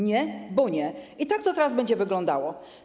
Nie, bo nie, tak to teraz będzie wyglądało.